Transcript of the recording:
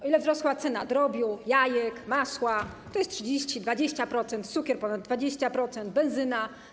O ile wzrosła cena drobiu, jajek, masła, 30-20%, cukier, ponad 20%, benzyna?